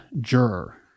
juror